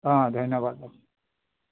অঁ ধন্যবাদ অঁ